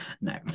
no